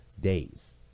days